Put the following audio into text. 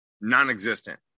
non-existent